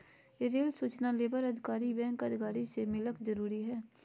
Rail सूचना labour खातिर bank अधिकारी से मिलक जरूरी है?